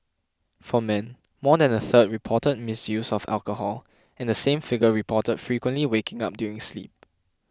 for men more than a third reported misuse of alcohol and the same figure reported frequently waking up during sleep